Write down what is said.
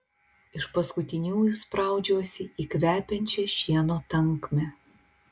iš paskutiniųjų spraudžiuosi į kvepiančią šieno tankmę